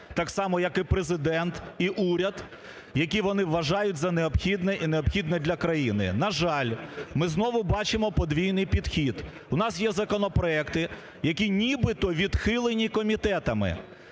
так само як Президент і уряд, які вони вважають за необхідне і необхідне для країни. На жаль, ми знову бачимо подвійний підхід. У нас є законопроекти. які нібито відхилені комітетами.